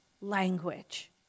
language